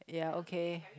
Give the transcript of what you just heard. ya okay